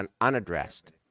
unaddressed